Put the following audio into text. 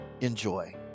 enjoy